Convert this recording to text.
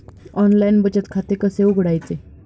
Online बचत खाते कसे उघडायचे?